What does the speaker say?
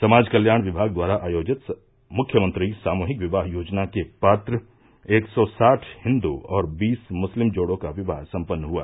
समाज कल्याण विभाग द्वारा आयोजित मुख्यमंत्री सामूहिक विवाह योजना के पात्र एक सौ साठ हिंदू और बीस मुस्लिम जोडो का विवाह संपन्न हुआ